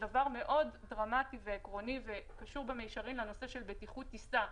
שזה קשור במישרין לנושא של בטיחות טיסה,